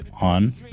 On